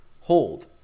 hold